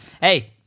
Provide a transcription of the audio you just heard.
Hey